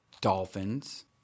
dolphins